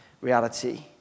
reality